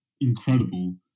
incredible